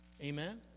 Amen